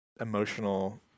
emotional